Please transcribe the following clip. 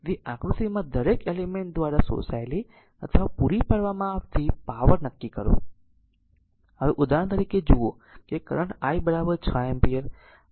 તેથી આકૃતિમાં દરેક એલિમેન્ટ દ્વારા શોષાયેલી અથવા પૂરી પાડવામાં આવતી પાવર નક્કી કરો હવે ઉદાહરણ તરીકે જુઓ કે કરંટ I 6 એમ્પીયર આ છે 6 એમ્પીયર